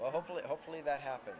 well hopefully hopefully that happen